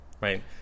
right